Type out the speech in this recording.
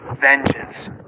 vengeance